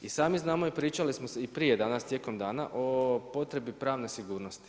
I sami znamo i pričali smo i prije danas tijekom dana o potrebi pravne sigurnosti.